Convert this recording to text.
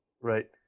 Right